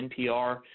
NPR